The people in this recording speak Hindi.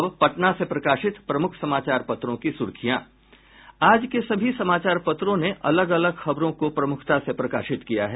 अब पटना से प्रकाशित प्रमुख समाचार पत्रों की सुर्खियां आज के सभी समाचार पत्रों ने अलग अलग खबरों को प्रमुखता से प्रकाशित किया है